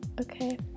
Okay